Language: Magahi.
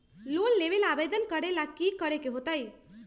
लोन लेबे ला आवेदन करे ला कि करे के होतइ?